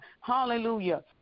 Hallelujah